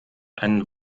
einen